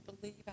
believe